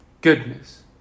goodness